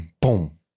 boom